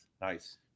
Nice